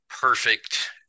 perfect